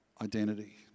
identity